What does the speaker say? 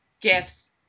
gifts